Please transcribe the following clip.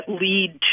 lead